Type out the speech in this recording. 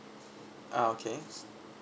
ah okay